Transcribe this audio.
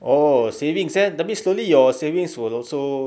oh savings eh tapi slowly your savings will also